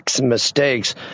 mistakes